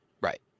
Right